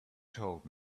told